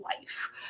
life